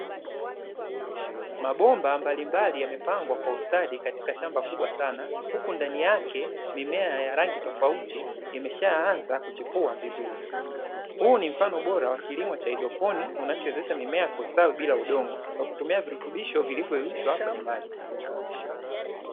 Mabomba mbalimbali yamepangwa kwa ustadi katika shamba kubwa sana, huku ndani yake mimea ya rangi tofauti imeshaanza kuchipua vizuri. Huu ni mfano bora wa kilimo cha haidroponi, unachowezesha mimea kustawi bila udogo, kwa kutumia virutubisho vilivyoyeyushwa kwenye maji.